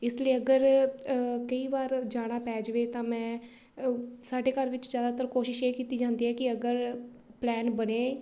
ਇਸ ਲਈ ਅਗਰ ਕਈ ਵਾਰ ਜਾਣਾ ਪੈ ਜਾਵੇ ਤਾਂ ਮੈਂ ਸਾਡੇ ਘਰ ਵਿੱਚ ਜ਼ਿਆਦਾਤਰ ਕੋਸ਼ਿਸ਼ ਇਹ ਕੀਤੀ ਜਾਂਦੀ ਹੈ ਕਿ ਅਗਰ ਪਲੈਨ ਬਣੇ